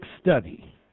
study